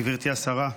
גברתי השרה,